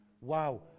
wow